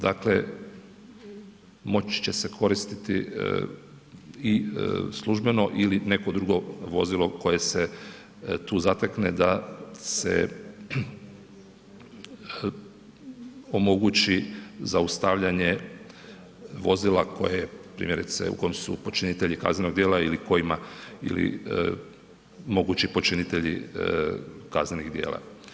Dakle, moći će se koristiti i službeno li neko drugo vozilo koje se tu zatekne da se omogući zaustavljanje vozila koje je primjerice, u kojem su počinitelji kaznenog djela ili kojima, ili mogući počinitelji kaznenih djela.